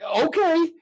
okay